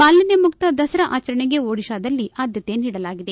ಮಾಲಿನ್ವ ಮುಕ್ತ ದಸರಾ ಆಚರಣೆಗೆ ಒಡಿಶಾದಲ್ಲಿ ಆದ್ಭತೆ ನೀಡಲಾಗಿದೆ